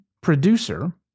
producer